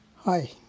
Hi